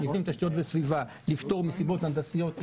מבנים תשתיות וסביבה לפטור מסיבות הנדסיות,